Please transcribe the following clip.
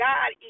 God